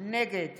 נגד